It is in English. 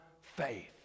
faith